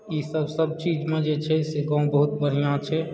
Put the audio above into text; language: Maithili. ईसभ सभ चीजमे जे छै से गाँव बहुत बढ़िआँ छै